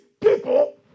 people